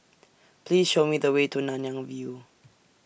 Please Show Me The Way to Nanyang View